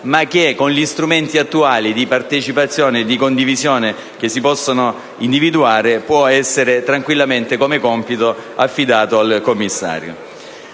ma che, con gli strumenti attuali di partecipazione e di condivisione che si possono individuare, possono essere compiti tranquillamente affidati al commissario.